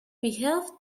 behaved